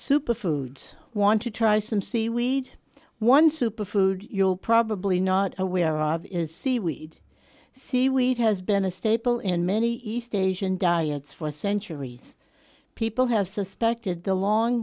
superfoods want to try some seaweed one super food you'll probably not aware of is seaweed seaweed has been a staple in many east asian diets for centuries people have suspected the long